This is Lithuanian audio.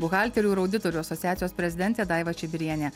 buhalterių ir auditorių asociacijos prezidentė daiva čibirienė